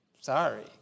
sorry